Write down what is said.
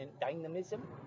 dynamism